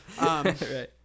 Right